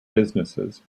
businesses